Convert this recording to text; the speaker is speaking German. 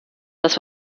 das